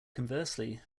conversely